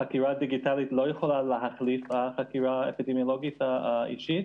חקירה דיגיטלית לא יכולה להחליף חקירה אפידמיולוגית אישית.